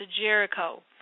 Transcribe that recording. Jericho